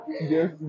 yes